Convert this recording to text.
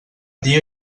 dia